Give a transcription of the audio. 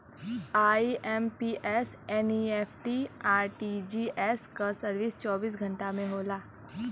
IMPS, NEFT, RTGS क service चौबीस घंटा होला